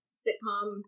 sitcom